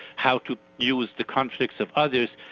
how to use the conflicts of others,